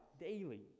daily